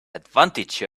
advantage